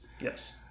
yes